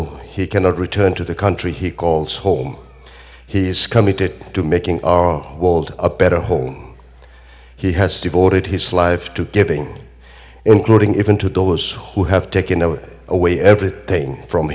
though he cannot return to the country he calls home he's committed to making our own world a better home he has devoted his life to giving including even to those who have taken away everything from